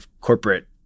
corporate